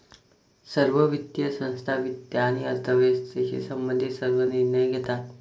सर्व वित्तीय संस्था वित्त आणि अर्थव्यवस्थेशी संबंधित सर्व निर्णय घेतात